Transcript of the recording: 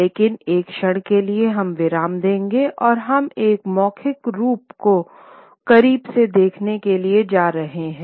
लेकिन एक क्षण के लिए हम विराम देंगे और हम एक मौखिक रूप को करीब से देखने के लिए जा रहे हैं